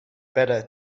better